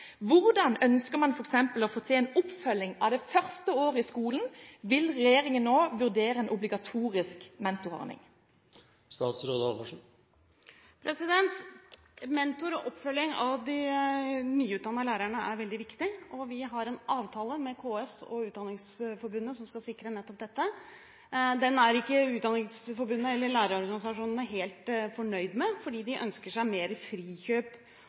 Hvordan ønsker man f.eks. å få til en oppfølging av det første året i skolen? Vil regjeringen nå vurdere en obligatorisk mentorordning? En mentorordning og oppfølging av de nyutdannede lærerne er veldig viktig. Vi har en avtale med KS og Utdanningsforbundet som skal sikre nettopp dette. Den er ikke Utdanningsforbundet eller lærerorganisasjonene helt fornøyd med, fordi de ønsker seg mer frikjøp